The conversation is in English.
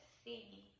see